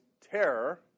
terror